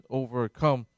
overcome